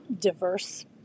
diverse